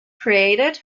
created